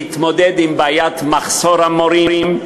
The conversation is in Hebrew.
להתמודד עם בעיית המחסור במורים,